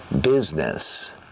business